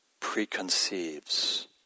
preconceives